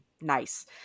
nice